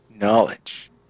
knowledge